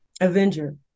Avenger